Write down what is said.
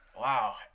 wow